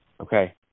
okay